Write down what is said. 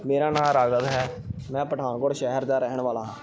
ਮੇਰਾ ਨਾਂ ਰਾਘਵ ਹੈ ਮੈਂ ਪਠਾਨਕੋਟ ਸ਼ਹਿਰ ਦਾ ਰਹਿਣ ਵਾਲਾ ਹਾਂ